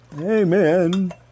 Amen